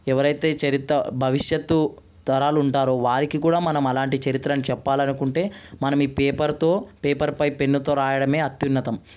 ఎవరైతే చరిత భవిష్యత్తు తరాలుంటారో వారికి కూడా మనం అలాంటి చరిత్రను చెప్పాలనుకుంటే మనం ఈ పేపర్తో పేపర్ పై పెన్నుతో రాయడమే అత్యున్నతం